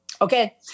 Okay